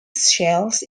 shells